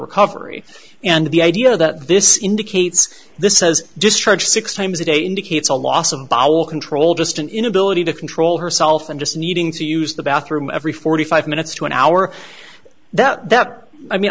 recovery and the idea that this indicates this says discharge six times a day indicates a loss of power control just an inability to control herself and just needing to use the bathroom every forty five minutes to an hour that i mean